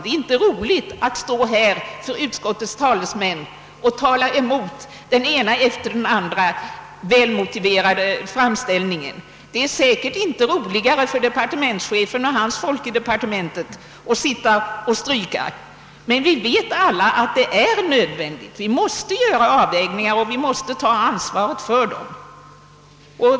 Det är emellertid inte trevligt att stå här som utskottets talesman och tala emot den ena välmotiverade framställningen efter den andra. Och där är säkert inte roligare för departementschefen och hans medarbetare i departementet att sitta och stryka. Men vi vet alla att det är nödvändigt. Vi måste göra avvägningar, och vi måste ta ansvaret för dem.